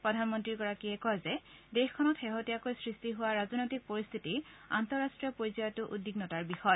প্ৰধানমন্ত্ৰীগৰাকীয়ে লগতে কয় যে দেশখনত শেহতীয়াকৈ সৃষ্টি হোৱা ৰাজনৈতিক পৰিস্থিতি আন্তঃৰাষ্ট্ৰীয় পৰ্যায়তো উদ্বিগ্নতাৰ বিষয়